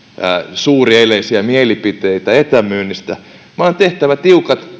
suurieleisiä mielipiteitä etämyynnistä vaan tehtäisiin tiukat